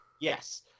Yes